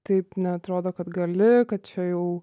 taip neatrodo kad gali kad čia jau